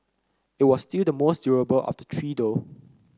it was still the most durable of the three though